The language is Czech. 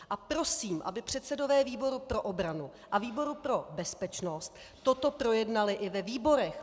A prosím, aby předsedové výboru pro obranu a výboru pro bezpečnost toto projednali i ve výborech.